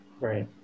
Right